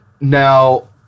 Now